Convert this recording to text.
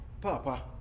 Papa